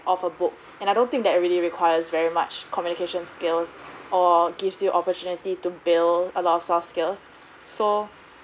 off a book and I don't think that already requires very much communication skills or gives you opportunity to build a lot of soft skills so